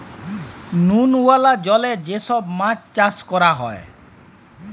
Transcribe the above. লুল ওয়ালা জলে যে ছব চাষ ক্যরা হ্যয়